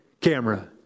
camera